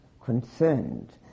concerned